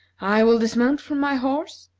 i will dismount from my horse,